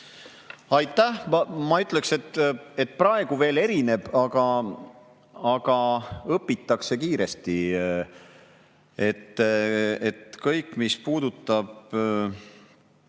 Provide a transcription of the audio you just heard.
Aitäh! Ma ütleksin, et praegu veel erineb, aga õpitakse kiiresti. Kõik, mis puudutab